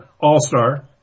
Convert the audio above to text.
All-star